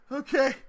okay